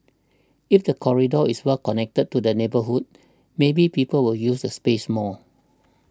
if the corridor is well connected to the neighbourhood maybe people will use the space more